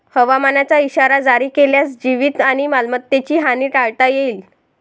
हवामानाचा इशारा जारी केल्यास जीवित आणि मालमत्तेची हानी टाळता येईल